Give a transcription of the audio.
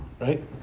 right